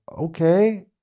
Okay